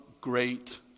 great